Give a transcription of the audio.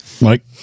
Mike